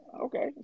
Okay